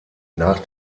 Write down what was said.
nach